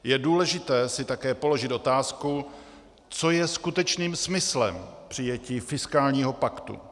Je důležité si také položit otázku, co je skutečným smyslem přijetí fiskálního paktu.